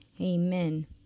Amen